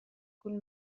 cun